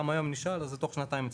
גם היום אם נשאל אז זה תוך שנתיים אצלנו,